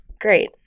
great